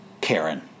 Karen